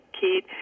kid